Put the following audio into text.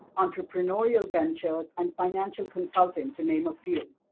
entrepreneurial ventures, and financial consulting to name a few.